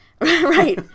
Right